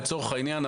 לצורך העניין,